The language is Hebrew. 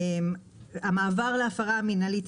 המעבר להפרה מינהלית,